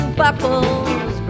buckles